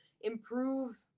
improve